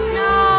no